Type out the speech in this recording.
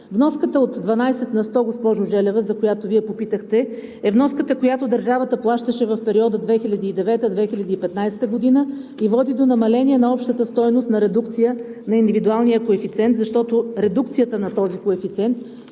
Вноската от 12 на сто, госпожо Желева, за която Вие попитахте, е вноската, която държавата плащаше в периода 2009 – 2015 г., и води до намаление на общата стойност на редукция на индивидуалния коефициент, защото редукцията на този коефициент